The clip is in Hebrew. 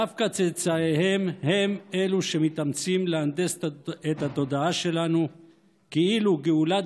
דווקא צאצאיהם הם שמתאמצים להנדס את התודעה שלנו כאילו גאולת